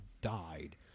died